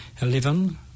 Eleven